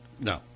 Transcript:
No